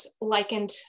likened